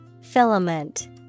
Filament